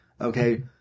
Okay